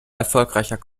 erfolgreicher